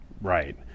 Right